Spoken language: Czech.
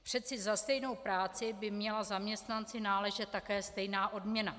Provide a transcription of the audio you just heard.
Přece za stejnou práci by měla zaměstnanci náležet také stejná odměna.